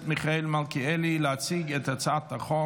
מיכאל מלכיאלי להציג את הצעת החוק.